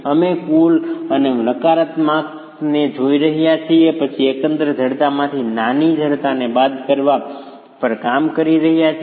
અમે કુલ અને નકારાત્મકને જોઈ રહ્યા છીએ અને પછી એકંદર જડતામાંથી નાની જડતાને બાદ કરવા પર કામ કરી રહ્યા છીએ